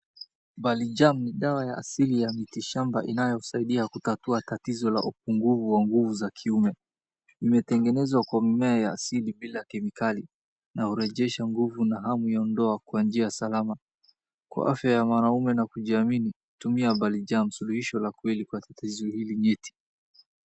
Balijam ni dawa ya asili ya miti shamba inayosaidia kutatua tatizo la upungufu wa nguvu za kiume. Imetengenezwa kwa mimea ya asili bila kemikali na hurejesha nguvu na hamu ya ndoa kwa njia salama. Kwa afya ya wanaume na kujiamini, tumia balijam suluhisho la kweli kwa tatizo hili nyeti.